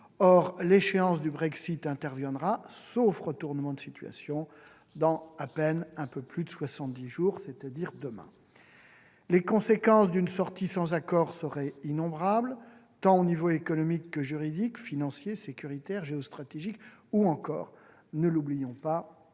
Or l'échéance du Brexit interviendra, sauf retournement de situation, dans à peine un peu plus de soixante-dix jours, c'est-à-dire demain. Les conséquences d'une sortie sans accord seraient innombrables au niveau tant économique, juridique, financier sécuritaire que géostratégique, ou encore, ne l'oublions pas,